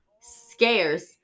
scarce